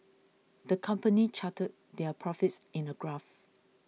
the company charted their profits in a graph